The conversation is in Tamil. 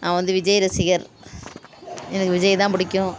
நான் வந்து விஜய் ரசிகர் எனக்கு விஜய் தான் பிடிக்கும்